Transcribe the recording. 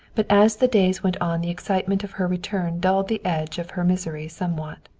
but as the days went on the excitement of her return dulled the edge of her misery somewhat.